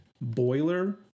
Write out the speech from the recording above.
boiler